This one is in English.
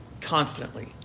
confidently